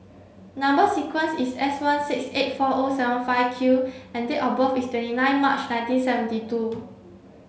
number sequence is S one six eight four O seven five Q and date of birth is twenty nine March nineteen seventy two